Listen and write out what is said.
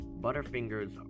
Butterfingers